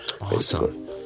awesome